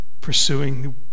pursuing